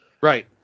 Right